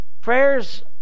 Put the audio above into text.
Prayers